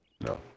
No